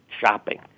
shopping